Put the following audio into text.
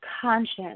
conscious